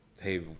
hey